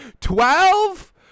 twelve